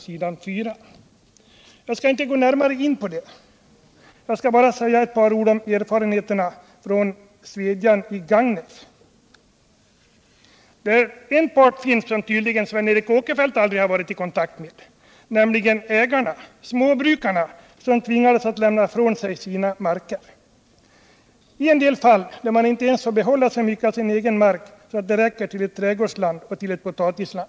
Jag skall emellertid inte gå närmare in på dem, utan jag skall bara säga några ord om erfarenheterna från Svedjan i Gagnef, där en part, som Sven Eric Åkerfeldt tydligen aldrig har varit i kontakt med, nämligen ägarna/småbrukarna, i en del fall tvingades att lämna ifrån sig sina marker. I somliga fall fick de inte ens behålla så mycket av sin egen mark att den räckte till ett trädgårdsland eller ett potatisland.